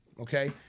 Okay